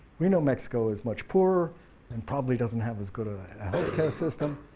we know mexico is much poorer and probably doesn't have as good a healthcare system,